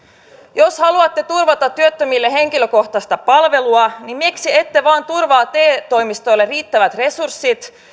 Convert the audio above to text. jos haluatte turvata työttömille henkilökohtaista palvelua niin miksi ette vain turvaa te toimistoille riittävät resurssit